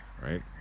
right